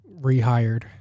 rehired